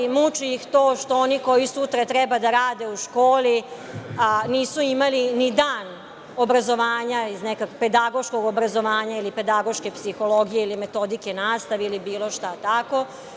Muči ih to što oni koji sutra treba da rade u školi, a nisu imali dan obrazovanja, pedagoškog obrazovanja ili pedagoške psihologije ili metodike nastave ili bilo šta tako.